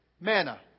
manna